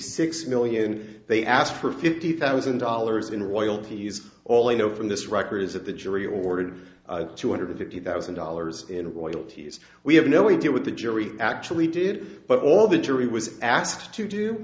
six million they asked for fifty thousand dollars in royalties all i know from this record is that the jury awarded two hundred fifty thousand dollars in royalties we have no idea what the jury actually did but all the jury was asked to do